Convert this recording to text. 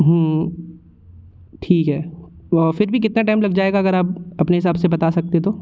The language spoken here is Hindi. ठीक है फिर भी कितना टाइम लग जाएगा अगर आप अपने हिसाब से बता सकते तो